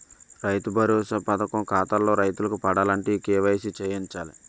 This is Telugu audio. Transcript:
రైతు భరోసా పథకం ఖాతాల్లో రైతులకు పడాలంటే ఈ కేవైసీ చేయించాలి